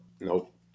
Nope